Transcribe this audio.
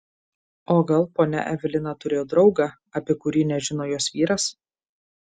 o gal ponia evelina turėjo draugą apie kurį nežino jos vyras